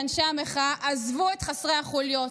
לאנשי המחאה: עזבו את חסרי החוליות,